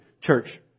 Church